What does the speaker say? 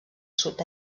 sud